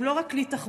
הם לא רק כלי תחבורה,